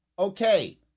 Okay